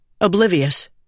Oblivious